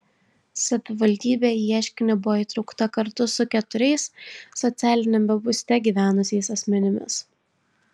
savivaldybė į ieškinį buvo įtraukta kartu su keturiais socialiniame būste gyvenusiais asmenimis